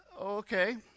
okay